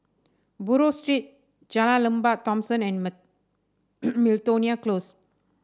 Buroh Street Jalan Lembah Thomson and Miltonia Close